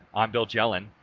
i'm bill jelen.